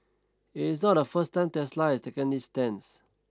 it's not the first time Tesla has taken this stance